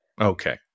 Okay